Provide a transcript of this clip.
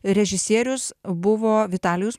režisierius buvo vitalijus